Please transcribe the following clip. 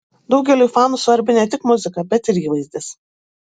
daugeliui fanų svarbi ne tik muzika bet ir įvaizdis